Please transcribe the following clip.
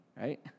right